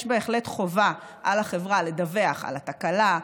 יש בהחלט חובה על החברה לדווח על התקלה,